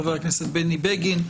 חבר הכנסת בני בגין,